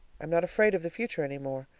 i'm not afraid of the future any more.